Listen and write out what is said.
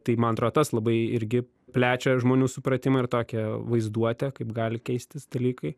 tai man atro tas labai irgi plečia žmonių supratimą ir tokią vaizduotę kaip gali keistis dalykai